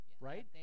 Right